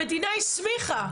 המדינה הסמיכה.